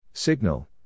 Signal